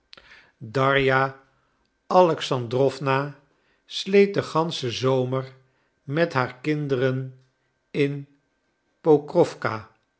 darja alexandrowna sleet den ganschen zomer met haar kinderen in pokrowka